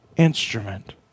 instrument